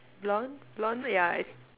blond blond yeah I